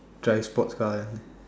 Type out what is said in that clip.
drive sports car